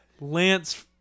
Lance